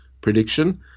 prediction